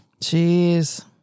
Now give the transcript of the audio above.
Jeez